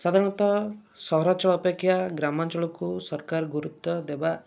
ସାଧାରଣତଃ ସହରାଞ୍ଚଳ ଅପେକ୍ଷା ଗ୍ରାମାଞ୍ଚଳକୁ ସରକାର ଗୁରୁତ୍ଵ ଦେବା